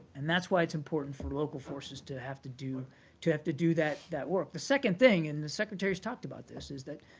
and that's why it's important for local forces to have to do to have to do that that work. the second thing and the secretary has talked about this is that